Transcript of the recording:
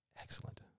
Excellent